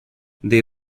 they